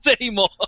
anymore